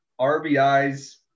RBI's